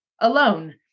alone